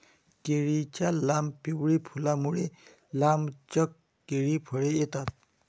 केळीच्या लांब, पिवळी फुलांमुळे, लांबलचक केळी फळे येतात